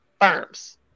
firms